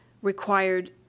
required